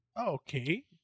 Okay